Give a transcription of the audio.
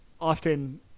often